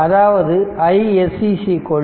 அதாவது iSC IN